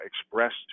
expressed